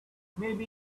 maybe